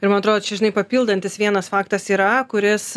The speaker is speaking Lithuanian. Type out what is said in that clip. ir man atrodo čia žinai papildantis vienas faktas yra kuris